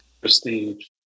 Prestige